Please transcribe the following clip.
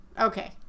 Okay